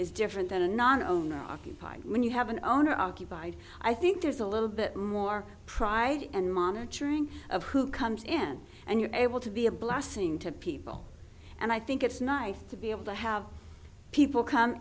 is different than a non owner occupied when you have an owner occupied i think there's a little bit more pride and monitoring of who comes in and you're able to be a blast sing to people and i think it's nice to be able to have people come